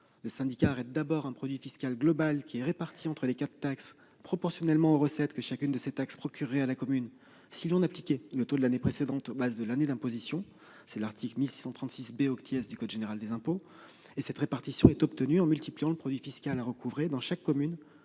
le syndicat arrête un produit fiscal global, réparti entre les quatre taxes proportionnellement aux recettes que chacune procurerait à la commune, si l'on appliquait le taux de l'année précédente aux bases de l'année d'imposition- la procédure est prévue à l'article 1636 B du code général des impôts. Cette répartition est obtenue en multipliant le produit fiscal recouvré dans chaque commune